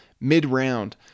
mid-round